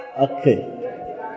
Okay